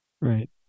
Right